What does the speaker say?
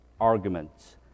arguments